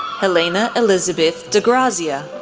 helena elizabeth degrazia,